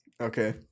Okay